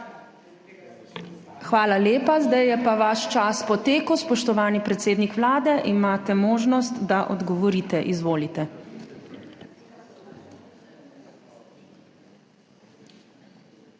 Hvala lepa. Zdaj je pa vaš čas potekel. Spoštovani predsednik Vlade, imate možnost, da odgovorite. Izvolite.